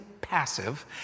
passive